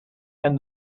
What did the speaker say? and